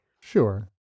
Sure